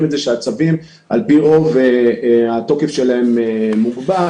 את זה שהצווים על פי רוב התוקף שלהם מוגבל,